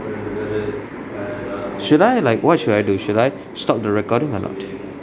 should I like what should I do should I stop the recording or not